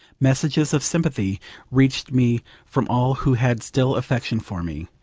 messages of sympathy reached me from all who had still affection for me.